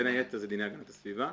בין היתר זה דיני הגנת הסביבה,